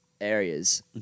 areas